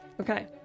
Okay